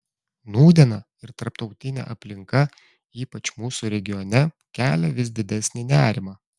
nūdiena ir tarptautinė aplinka ypač mūsų regione kelia vis didesnį nerimą